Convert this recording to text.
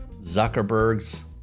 Zuckerberg's